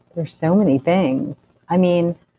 there's so many things. i mean,